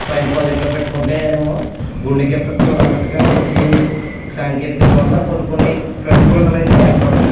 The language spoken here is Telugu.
పైన పాకెట్లో పెట్టుకుంటేనేమో గుండెకి ఎఫెక్టు అన్నట్టుగా మనకివి సాంకేతికత వల్ల కొన్ని కొన్ని ప్రతికూలతలు అయితే ఏర్పడుతున్నాయి